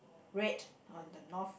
red on the north